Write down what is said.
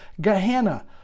Gehenna